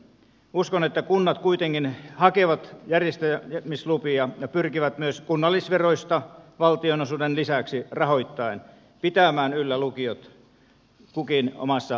uskon että kunnat kuitenkin hakevat järjestämislupia ja pyrkivät rahoittaen myös kunnallisveroista valtionosuuden lisäksi pitämään yllä lukiot kukin omassa pitäjässään